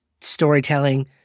storytelling